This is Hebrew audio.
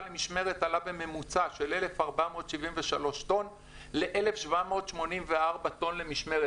למשמרת עלה בממוצע מ-1,473 טון ל-1,784 טון למשמרת.